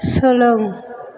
सोलों